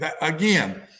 Again